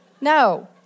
No